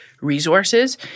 resources